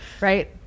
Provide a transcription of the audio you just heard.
right